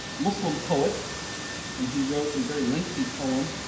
muslim poet and he wrote a very lengthy poem.